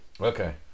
Okay